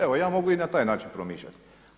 Evo ja mogu i na taj način promišljati.